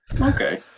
okay